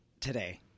today